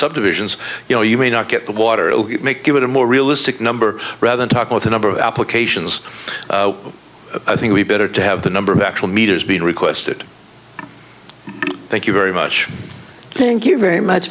subdivisions you know you may not get the water make it a more realistic number rather than talk with a number of applications i think we better to have the number of actual meters being requested thank you very much thank you very much